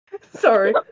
Sorry